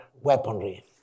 weaponry